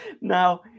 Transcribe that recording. Now